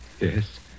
Yes